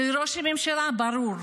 של ראש הממשלה, ברור,